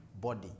body